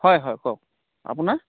হয় হয় কওক আপোনাৰ